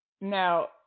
Now